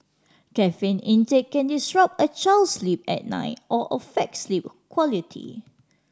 caffeine intake can disrupt a child's sleep at night or affect sleep quality